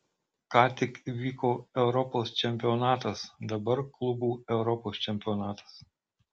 ką tik vyko europos čempionatas dabar klubų europos čempionatas